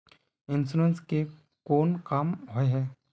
Insurance के कोन काम होय है?